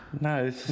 No